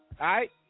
right